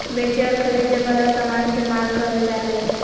बेचे और खरीदे वला समान के माल कहल जा हइ